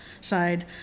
side